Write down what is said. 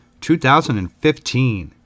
2015